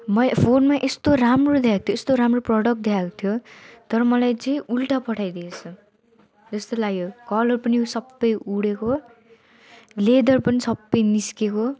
म ए फोनमा यस्तो राम्रो देखाएको थियो यस्तो राम्रो प्रडक्ट देखाएको थियो तर मलाई चाहिँ उल्टा पठाइदिएछ जस्तो लाग्यो कलर पनि सबै उडेको लेदर पनि सबै निस्किएको